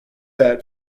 that